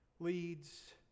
leads